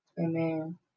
Amen